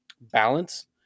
balance